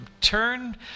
turn